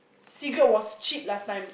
cigarette was cheap last time